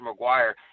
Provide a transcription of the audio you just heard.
McGuire